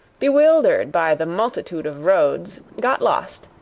bewildered by the multitude of roads, got lost,